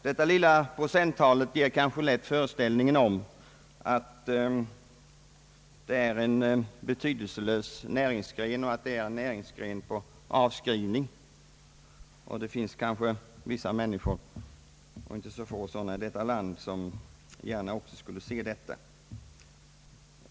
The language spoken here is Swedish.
Detta lilla procenttal ger kanske lätt en föreställning om att det gäller en betydelselös näringsgren och en näringsgren på avskrivning. Det finns kanske vissa människor — och inte så få — i detta land som gärna skulle se detta.